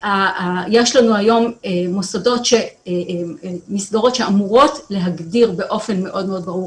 יש לנו היום מסגרות שאמורות להגדיר באופן מאוד מאוד ברור,